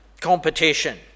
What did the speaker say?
competition